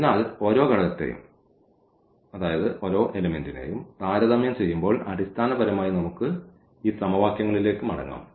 അതിനാൽ ഓരോ ഘടകത്തെയും താരതമ്യം ചെയ്യുമ്പോൾ അടിസ്ഥാനപരമായി നമുക്ക് ഈ സമവാക്യങ്ങളിലേക്ക് മടങ്ങാം